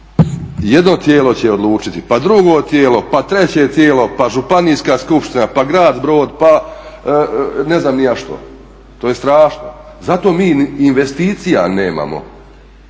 Jedno tijelo će odlučiti pa drugo tijelo pa treće tijelo pa županijska skupština pa grad Brod pa ne znam ni ja što. To je strašno! Zato mi investicija nemamo,